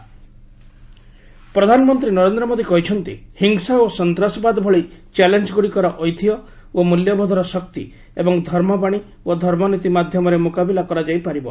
PM Islamic heritage ପ୍ରଧାନମନ୍ତ୍ରୀ ନରେନ୍ଦ୍ର ମୋଦି କହିଛନ୍ତି ହିଂସା ଓ ସନ୍ତାସବାଦ ଭଳି ଚ୍ୟାଲେଞ୍ଜଗୁଡ଼ିକର ଐତିହ୍ୟ ଓ ମୂଲ୍ୟବୋଧର ଶକ୍ତି ଏବଂ ଧର୍ମବାଣୀ ଓ ଧର୍ମନୀତି ମାଧ୍ୟମରେ ମୁକାବିଲା କରାଯାଇ ପାରିବ